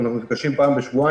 כמו שאתה אומר,